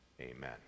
Amen